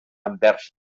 envers